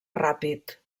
ràpid